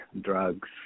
drugs